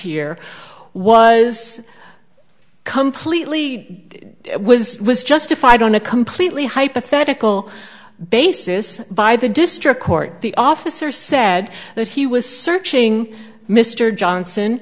here was completely was was justified on a completely hypothetical basis by the district court the officer said that he was searching mr johnson